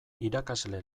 irakasle